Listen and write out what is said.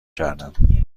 کردم